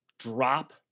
drop